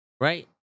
right